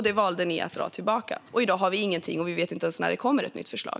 Det valde ni att dra tillbaka, och i dag har vi ingenting och vet inte ens när det kommer ett nytt förslag.